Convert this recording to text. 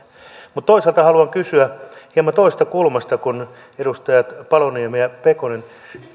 mutta toisaalta haluan kysyä hieman toisesta kulmasta kuin edustajat paloniemi ja pelkonen